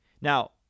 Now